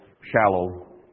shallow